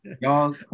y'all